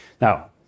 Now